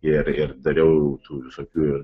ir ir dariau tų visokių